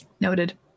Noted